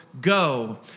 Go